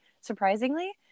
Surprisingly